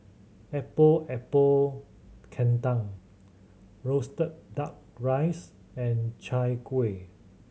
Epok Epok Kentang roasted Duck Rice and Chai Kueh